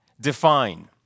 define